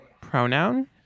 pronoun